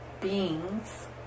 beings